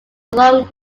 long